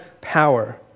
power